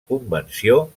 convenció